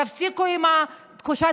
תפסיקו עם תחושת